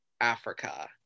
Africa